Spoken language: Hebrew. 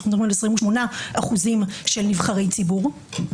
אנחנו מדברים על 28% של נבחרי ציבור,